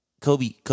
Kobe